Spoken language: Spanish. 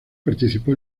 participó